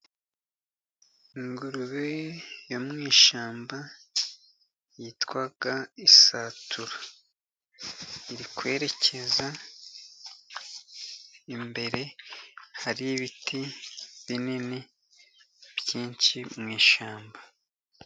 Ingurube yo mu ishyamba yitwa Isatura. Iri kwerekeza imbere hari ibiti binini byinshi mu ishyamba.